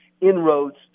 inroads